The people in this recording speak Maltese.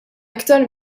iktar